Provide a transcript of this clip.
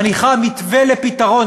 מניחה מתווה לפתרון.